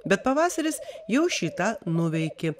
bet pavasaris jau šį tą nuveikė